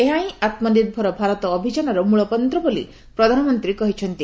ଏହା ହିଁ ଆମ୍ନିର୍ଭର ଭାରତ ଅଭିଯାନର ମ୍ବଳମନ୍ତ୍ର ବୋଲି ପ୍ରଧାନମନ୍ତ୍ରୀ କହିଛନ୍ତି